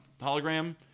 hologram